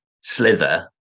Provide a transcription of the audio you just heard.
Slither